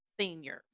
seniors